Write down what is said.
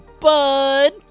bud